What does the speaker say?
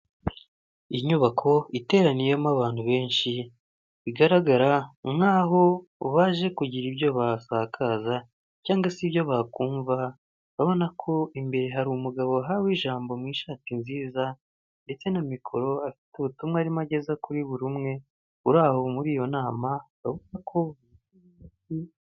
Inyubako iteraniyemo abantu benshi bigaragara nkaho baje kugira ibyo basakaza cyangwa se ibyo bakumva, urabona ko imbere hari umugabo wahawe ijambo mu ishati nziza, ndetse na mikoro afite ubutumwa arimo ageza kuri buri umwe uri aho muri iyo nama bavuga ko,